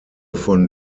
von